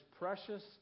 precious